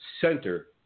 Center